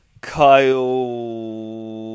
Kyle